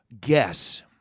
guess